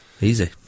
easy